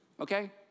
okay